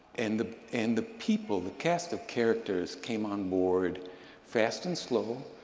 and the and the people, the cast of characters came on board fast and slow.